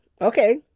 Okay